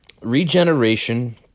Regeneration